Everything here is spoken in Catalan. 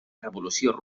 revolució